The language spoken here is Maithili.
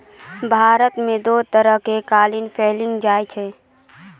भारत मे दु तरहो के कातिल पैएलो जाय छै